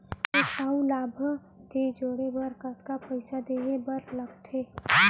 एक अऊ लाभार्थी जोड़े बर कतका पइसा देहे बर लागथे?